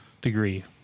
degree